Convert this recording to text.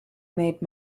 made